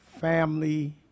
family